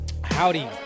Howdy